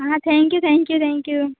हां thank you thank you thank you